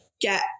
get